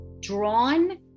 drawn